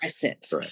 Correct